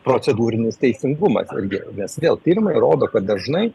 procedūrinis teisingumas irgi nes vėl tyrimai rodo kad dažnai